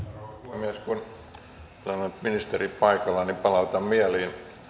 kun täällä on nyt ministeri paikalla niin palautan mieliin